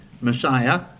Messiah